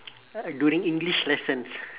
uh during english lessons